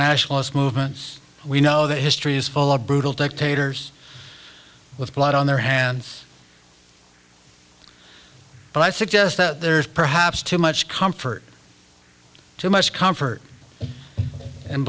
nationalist movements we know that history is full of brutal dictators with blood on their hands but i suggest that there is perhaps too much comfort too much comfort and